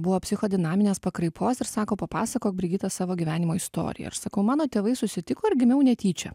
buvo psichodinaminės pakraipos ir sako papasakok brigita savo gyvenimo istoriją ir sakau mano tėvai susitiko ir gimiau netyčia